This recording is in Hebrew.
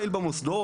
פעיל במוסדות,